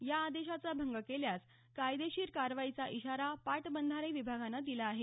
या आदेशाचा भंग केल्यास कायदेशीर कारवाईचा इशारा पाटबंधारे विभागानं दिला आहे